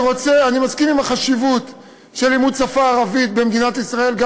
אני מסכים עם הדברים על חשיבות לימוד השפה הערבית במדינת ישראל,